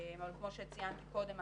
אבל כמו שציינתי קודם,